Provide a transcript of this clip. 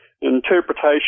interpretation